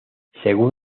según